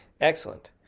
excellent